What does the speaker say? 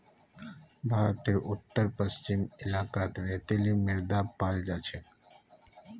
भारतेर उत्तर पश्चिम इलाकात रेतीली मृदा पाल जा छेक